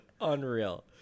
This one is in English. Unreal